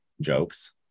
jokes